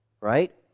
right